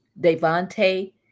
Devante